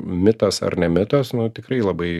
mitas ar ne mitas nu tikrai labai